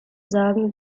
sagen